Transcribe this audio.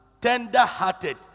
tender-hearted